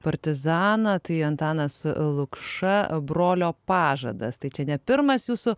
partizaną tai antanas lukša brolio pažadas tai čia ne pirmas jūsų